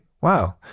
Wow